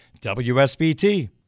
WSBT